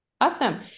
Awesome